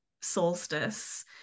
solstice